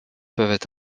peuvent